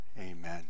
Amen